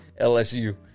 LSU